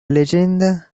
leyenda